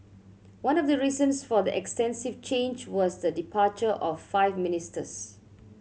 one of the reasons for the extensive change was the departure of five ministers